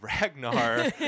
Ragnar